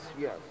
Yes